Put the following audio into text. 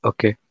Okay